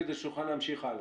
כדי שנוכל להמשיך הלאה.